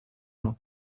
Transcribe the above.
nur